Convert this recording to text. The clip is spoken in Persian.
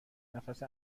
نفس